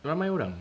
ramai orang